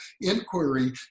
inquiry